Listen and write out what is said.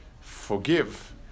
forgive